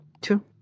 Two